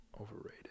overrated